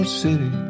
city